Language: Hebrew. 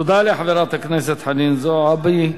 תודה לחברת הכנסת חנין זועבי.